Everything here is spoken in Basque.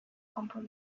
konpon